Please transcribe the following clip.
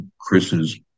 Chris's